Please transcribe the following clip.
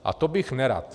A to bych nerad.